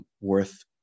worth